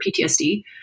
PTSD